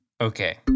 Okay